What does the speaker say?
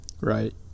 Right